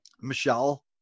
Michelle